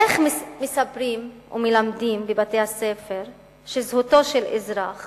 איך מספרים ומלמדים בבתי-הספר שזכותו של אזרח